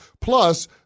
Plus